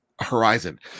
Horizon